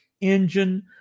engine